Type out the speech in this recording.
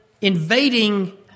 invading